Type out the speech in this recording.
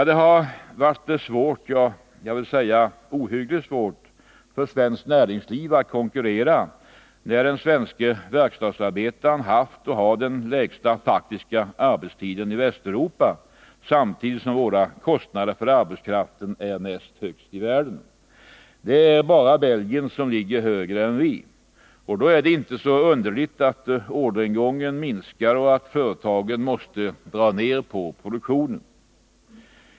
Det har varit svårt, ja ohyggligt svårt, för svenskt näringsliv att konkurrera när den svenska verkstadsarbetaren haft och har den kortaste faktiska arbetstiden i Västeuropa, samtidigt som våra kostnader för arbetskraften är näst högst i världen. Endast Belgien ligger högre än vi. Det är då inte så underligt att orderingången minskar och att företagen måste dra ner på produktionen.